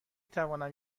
توانم